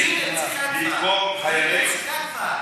סליחה,